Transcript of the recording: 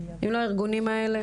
אם לא הארגונים האלה,